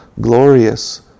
glorious